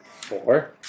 four